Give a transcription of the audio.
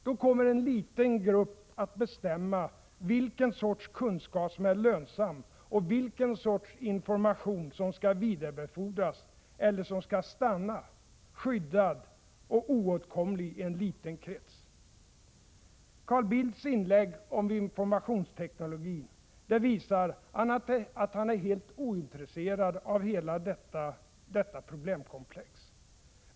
Då kommer en liten grupp att bestämma vilken sorts kunskap som är lönsam och vilken sorts information som skall vidarebefordras eller som skall stanna, skyddad och oåtkomlig, i en liten krets. Carl Bildts inlägg om informationsteknologin visar att han är helt ointresserad av hela detta problemkomplex.